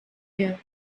here